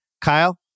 Kyle